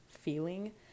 feeling